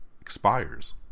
expires